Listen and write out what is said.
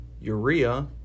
Urea